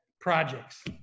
Projects